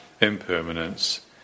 impermanence